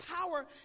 power